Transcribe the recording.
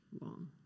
long